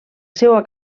seua